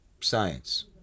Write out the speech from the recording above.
science